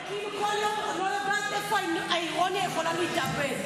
זה כאילו כל יום אני לא יודעת איפה האירוניה יכולה להתאבד.